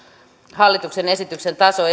hallituksen esityksen taso